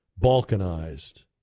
balkanized